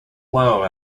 low